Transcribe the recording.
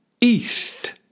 east